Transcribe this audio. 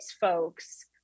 folks